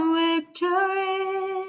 victory